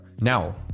Now